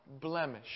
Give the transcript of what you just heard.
blemish